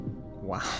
Wow